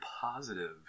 positive